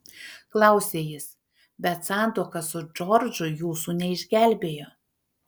klausia jis bet santuoka su džordžu jūsų neišgelbėjo